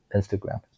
Instagram 。